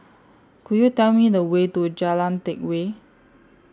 Could YOU Tell Me The Way to Jalan Teck Whye